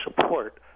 support